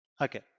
okay